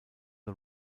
the